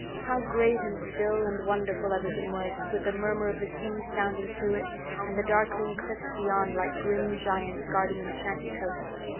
how great and still and wonderful everything was, with the murmur of the sea sounding through it and the darkling cliffs beyond like grim giants guarding enchanted coasts.